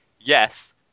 yes